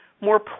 more